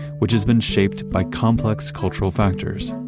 which has been shaped by complex cultural factors.